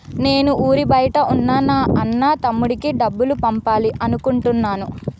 నేను ఊరి బయట ఉన్న నా అన్న, తమ్ముడికి డబ్బులు పంపాలి అనుకుంటున్నాను